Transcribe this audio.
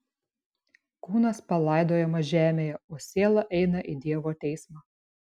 kūnas palaidojamas žemėje o siela eina į dievo teismą